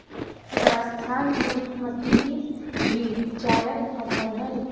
राजस्थान में मतीरी भी जायद फसल हइ